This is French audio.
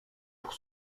pour